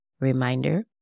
reminder